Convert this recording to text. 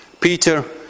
Peter